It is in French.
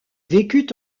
vécut